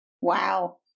Wow